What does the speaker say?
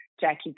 Jackie